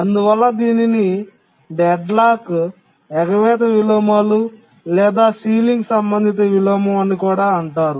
అందువల్ల దీనిని డెడ్లాక్ ఎగవేత విలోమాలు లేదా సీలింగ్ సంబంధిత విలోమం అని కూడా అంటారు